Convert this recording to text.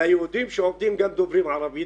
והיהודים שעובדים גם דוברים ערבית,